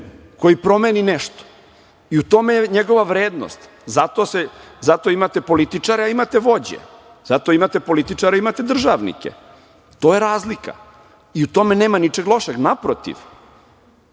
koji promeni nešto i u tome je njegova vrednost. Zato imate političare, a imate i vođe. Zato imate političare i imate državnike. To je razlika i u tome nema ničeg lošeg. Naprotiv,